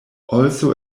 also